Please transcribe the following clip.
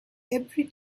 every